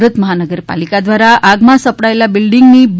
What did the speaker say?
સુરત મહાનગરપાલિકા દ્વારા આગ માં સપડાયેલા બિલ્ડીંગની બી